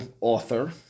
author